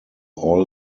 all